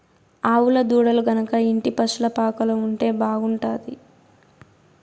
ఆవుల దూడలు గనక ఇంటి పశుల పాకలో ఉంటే బాగుంటాది